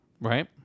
Right